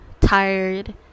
tired